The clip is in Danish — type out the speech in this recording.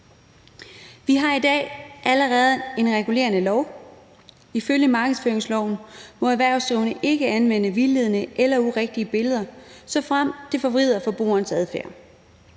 Vi har i dag allerede en regulerende lov. Ifølge markedsføringsloven må erhvervsdrivende ikke anvende vildledende eller urigtige billeder, såfremt det forvrider forbrugerens adfærd.